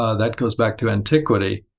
ah that goes back to antiquity.